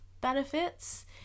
benefits